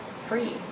free